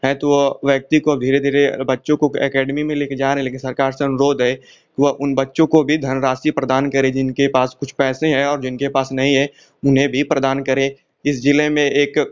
हैं तो वह व्यक्ति को अब धीरे धीरे अगर बच्चों को अकैडमी में ले कर जा रहें लेकिन सरकार से अनुरोध है कि वह उन बच्चों को भी धनराशी प्रदान करें जिनके पास कुछ पैसे हैं और जिनके पास नहीं है उन्हें भी प्रदान करें इस ज़िले में एक